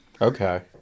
Okay